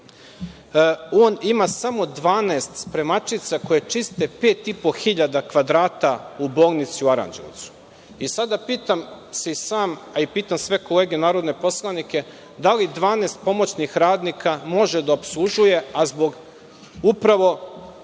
on ima samo 12 spremačica koje čiste 5,5 hiljada kvadrata u bolnici u Aranđelovcu.I sada pitam se i sam, a pitam sve kolege narodne poslanike da li 12 pomoćnih radnika može da opslužuje a zbog upravo